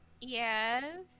Yes